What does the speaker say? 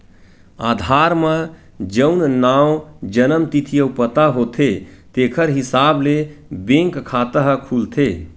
आधार म जउन नांव, जनम तिथि अउ पता होथे तेखर हिसाब ले बेंक खाता ह खुलथे